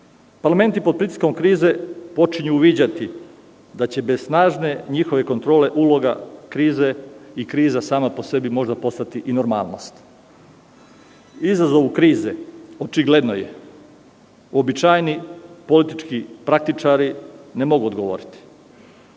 zemalja. Parlamenti pod pritiskom krize počinju uviđati da će bez snažne kontrole uloga krize, kriza sama po sebi postati normalnost. Izazovu krize, očigledno je, uobičajeni politički praktičari ne mogu odgovoriti.